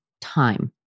time